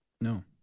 No